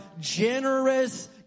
generous